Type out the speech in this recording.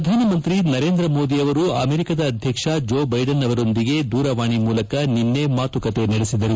ಪ್ರಧಾನಮಂತ್ರಿ ನರೇಂದ್ರ ಮೋದಿ ಅವರು ಆಮೇರಿಕಾದ ಅಧ್ವಕ್ಷ ಜೋ ಬೈಡನ್ ಆವರೊಂದಿಗೆ ದೂರವಾಣಿ ಮೂಲಕ ನಿನ್ನೆ ಮಾತುಕತೆ ನಡೆಸಿದರು